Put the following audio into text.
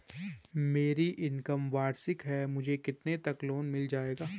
मेरी इनकम वार्षिक है मुझे कितने तक लोन मिल जाएगा?